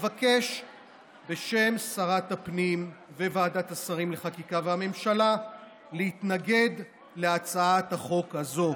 אבקש בשם שרת הפנים וועדת השרים לחקיקה והממשלה להתנגד להצעת החוק הזו.